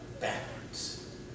backwards